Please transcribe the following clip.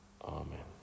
Amen